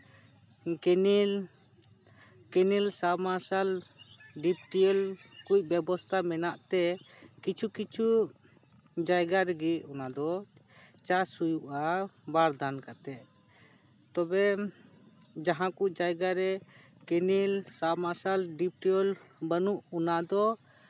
canal canal submersible deep tube well ᱠᱚ ᱵᱮᱵᱚᱥᱛᱟ ᱢᱮᱱᱟᱜ ᱛᱮ ᱠᱤᱪᱷᱩᱼᱠᱤᱪᱷᱩ ᱡᱟᱭᱜᱟ ᱨᱮᱜᱮ ᱚᱱᱟ ᱫᱚ ᱪᱟᱥ ᱦᱩᱭᱩᱜᱼᱟ ᱵᱟᱨ ᱫᱷᱟᱣ ᱠᱟᱛᱮ ᱛᱚᱵᱮ ᱡᱟᱦᱟᱸ ᱠᱚ ᱡᱟᱭᱜᱟ ᱨᱮ ᱠᱮᱱᱮᱞ ᱥᱟᱵᱢᱟᱨᱥᱟᱞ ᱰᱤᱯᱴᱤᱭᱩᱵᱚᱭᱮᱞ ᱵᱟᱱᱩᱜ ᱚᱱᱟ ᱫᱚ